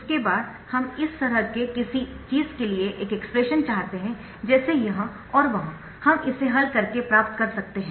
उसके बाद हम इस तरह के किसी चीज़ के लिए एक एक्सप्रेशन चाहते है जैसे यह और वह हम इसे हल करके प्राप्त कर सकते है